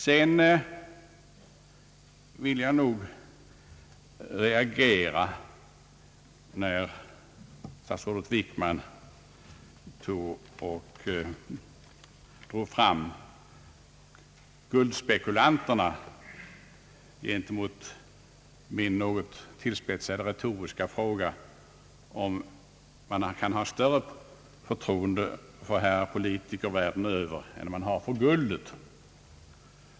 Sedan vill jag nog reagera, när statsrådet Wickman drar fram guldspekulanterna såsom svar på min något tillspetsade retoriska fråga, om man kan ha större förtroende för herrar politiker världen över än för guldet.